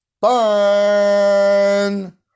fun